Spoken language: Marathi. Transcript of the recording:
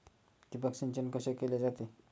ठिबक सिंचन कसे केले जाते?